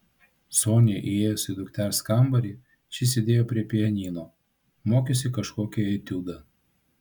soniai įėjus į dukters kambarį ši sėdėjo prie pianino mokėsi kažkokį etiudą